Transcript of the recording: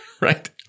Right